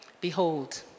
Behold